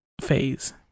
phase